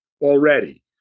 already